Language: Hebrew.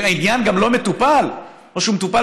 וכשהעניין גם לא מטופל או שהוא מטופל